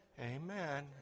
Amen